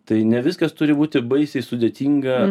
tai ne viskas turi būti baisiai sudėtinga